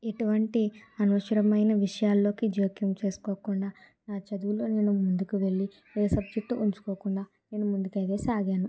ఎటువంటి అనవసరమైన విషయాల్లోకి జోక్యం చేసుకోకుండా నా చదువులో నేను ముందుకి వెళ్ళి ఏ సబ్జెక్టు ఉంచుకోకుండా నేను ముందుకైతే సాగాను